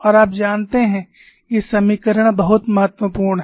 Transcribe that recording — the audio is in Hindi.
और आप जानते हैं ये समीकरण बहुत महत्वपूर्ण हैं